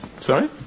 Sorry